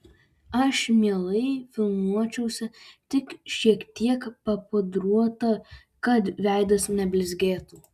aš mielai filmuočiausi tik šiek tiek papudruota kad veidas neblizgėtų